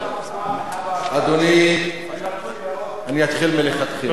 הם, פעם אחת לא, תודה.